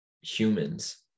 humans